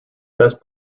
best